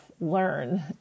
learn